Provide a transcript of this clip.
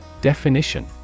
Definition